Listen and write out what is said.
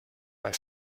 bei